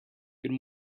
good